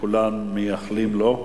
שכולם מייחלים לו.